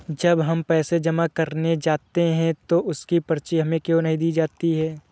जब हम पैसे जमा करने जाते हैं तो उसकी पर्ची हमें क्यो नहीं दी जाती है?